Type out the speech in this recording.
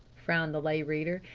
frowned the lay reader.